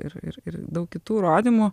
ir ir ir daug kitų rodymų